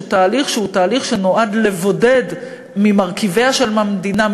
תהליך שנועד לבודד ממרכיביה של המדינה,